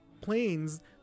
planes